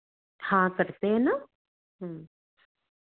हाँ करते हैं न